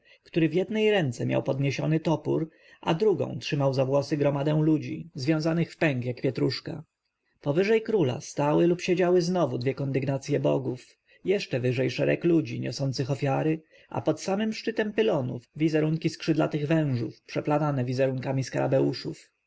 który w jednej ręce miał podniesiony topór a drugą trzymał za włosy gromadę ludzi związanych w pęk niby pietruszka powyżej króla stały lub siedziały znowu dwie kondygnacje bogów jeszcze wyżej szereg ludzi niosących ofiary a pod samym szczytem pylonów wizerunki skrzydlatych wężów przeplatane wizerunkami skarabeuszów